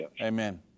Amen